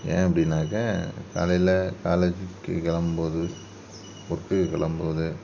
ஏன் அப்படின்னாக்கா காலையில் காலேஜுக்கு கிளம்பும் போது வர்க்குக்கு கிளம்பும் போது